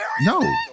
No